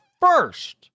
first